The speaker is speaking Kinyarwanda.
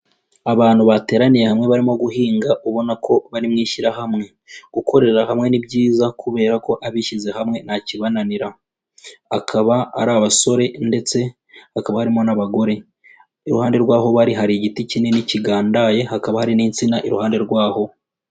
Abantu bateraniye hamwe barimo guhinga ubona ko bari mu ishyirahamwe. Gukorera hamwe ni byiza kubera ko abishyize hamwe ntakibananira, hakaba ari abasore ndetse hakaba harimo n'abagore. Iruhande rw'aho bari hari igiti kinini kigandaye, hakaba hari n'insina iruhande rwaho.